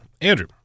Andrew